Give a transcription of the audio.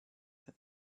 her